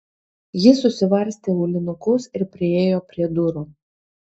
ji susivarstė aulinukus ir priėjo prie durų